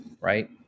right